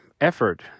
effort